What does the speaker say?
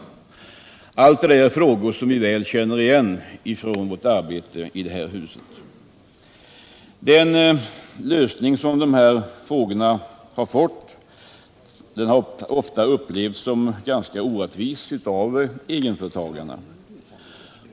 Allt detta är ärenden som vi känner väl igen från vårt arbete i det här huset. Den lösning som dessa frågor fått har ofta upplevts som ganska orättvis av egenföretagarna.